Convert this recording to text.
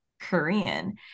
Korean